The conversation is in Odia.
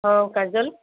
ହଁ କାଜଲ